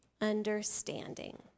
understanding